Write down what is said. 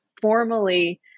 formally